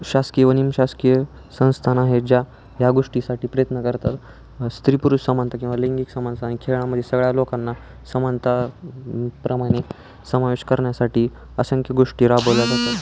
शासकीय व निमशासकीय संस्था आहे ज्या ह्या गोष्टीसाठी प्रयत्न करतात स्त्री पुरुष समानता किंवा लैंगिक समानता आणि खेळामध्ये सगळ्या लोकांना समानता प्रमाणे समावेश करण्यासाठी असंख्य गोष्टी राबवल्या जातात